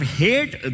hate